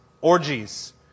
orgies